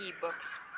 books